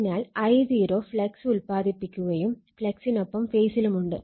അതിനാൽ I0 flux ഉൽപാദിപ്പിക്കുകയും ഫ്ലക്സിനൊപ്പം ഫേസിലുമുണ്ട്